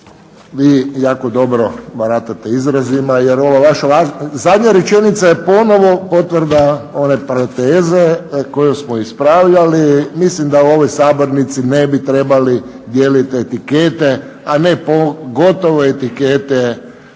vi jako dobro baratate izrazima jer ova vaša zadnja rečenica je ponovno potvrda one prije teze koju smo ispravljali. Mislim da u ovoj sabornici ne bi trebali dijeliti etikete, a ne pogotovo etikete